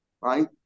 right